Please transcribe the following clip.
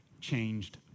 changed